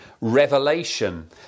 Revelation